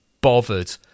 bothered